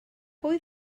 pwy